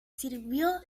sirvió